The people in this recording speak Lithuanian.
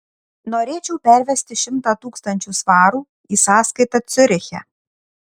norėčiau pervesti šimtą tūkstančių svarų į sąskaitą ciuriche